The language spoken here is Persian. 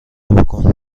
بکن